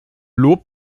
lob